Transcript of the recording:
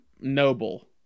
Noble